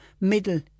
middle